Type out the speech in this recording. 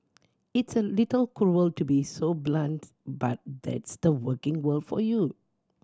it's a little cruel to be so blunt but that's the working world for you